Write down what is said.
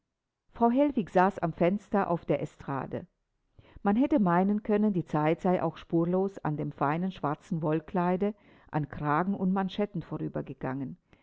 frau hellwig saß am fenster auf der estrade man hätte meinen können die zeit sei auch spurlos an dem feinen schwarzen wollkleide an kragen und manschetten vorübergegangen